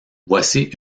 voici